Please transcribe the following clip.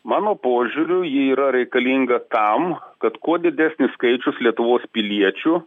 mano požiūriu ji yra reikalinga tam kad kuo didesnis skaičius lietuvos piliečių